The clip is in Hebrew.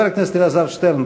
חבר הכנסת אלעזר שטרן,